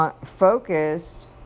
focused